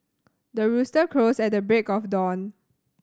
the rooster crows at the break of dawn